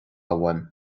uaim